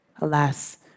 alas